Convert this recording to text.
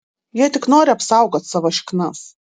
jie tik nori apsaugot savo šiknas